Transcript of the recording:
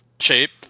shape